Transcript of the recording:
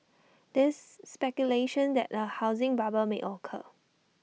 there's speculation that A housing bubble may occur